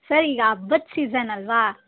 sir ಈಗ ಹಬ್ಬದ season ಅಲ್ವಾ